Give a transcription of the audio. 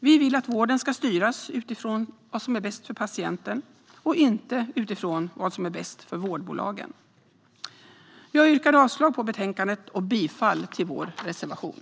Vi vill att vården ska styras utifrån vad som är bäst för patienten och inte utifrån vad som är bäst för vårdbolagen. Jag yrkar avslag på förslaget i betänkandet och bifall till vår reservation.